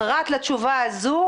פרט לתשובה הזו,